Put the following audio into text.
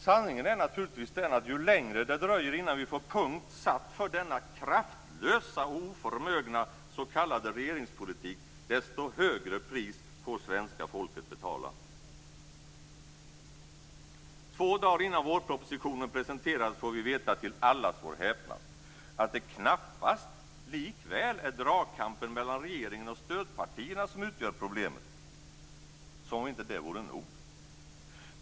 Sanningen är naturligtvis den att ju längre det dröjer innan vi får punkt satt för denna kraftlösa och oförmögna s.k. regeringspolitik, desto högre pris får svenska folket betala. Två dagar innan vårpropositionen presenteras får vi veta, till allas vår häpnad, att det knappast likväl är dragkampen mellan regeringen och stödpartierna som utgör problemen, som om inte detta vore nog.